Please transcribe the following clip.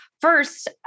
first